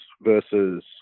versus